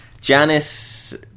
Janice